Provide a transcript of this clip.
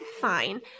fine